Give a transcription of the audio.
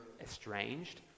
estranged